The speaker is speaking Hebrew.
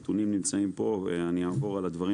הנתונים נמצאים פה ואני אעבור על הדברים